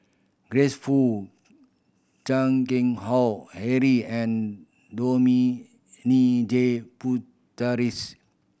Grace Fu Chan Keng Howe Harry and Dominic J